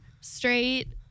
straight